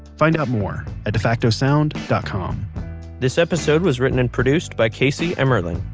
find out more at defactosound dot com this episode was written and produced by casey emmerling,